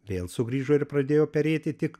vėl sugrįžo ir pradėjo perėti tik